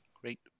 Great